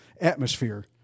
atmosphere